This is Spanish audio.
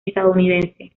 estadounidense